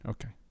Okay